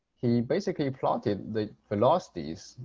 he basically plotted the velocities.